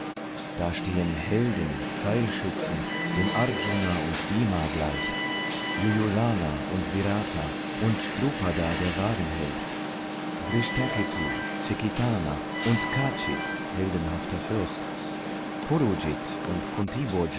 da stehen helden pfeilschützen dem arjuna und bhma gleich jona und virta und drupada der wagenheld dhrishtaketu cekitna und kis heldenhafter fürst und